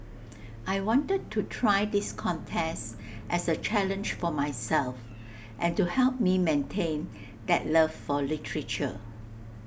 I wanted to try this contest as A challenge for myself and to help me maintain that love for literature